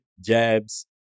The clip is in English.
jabs